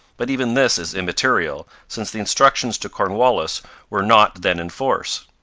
but even this is immaterial, since the instructions to cornwallis were not then in force.